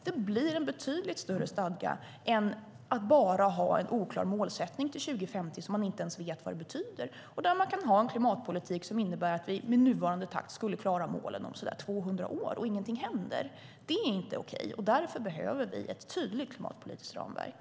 Det blir en betydligt större stadga än att bara ha en oklar målsättning för 2050 som man inte ens vet vad den betyder och där man kan ha en klimatpolitik som innebär att vi i nuvarande takt skulle klara målen om så där 200 år och ingenting händer. Det är inte okej. Därför behöver vi ett tydligt klimatpolitiskt ramverk.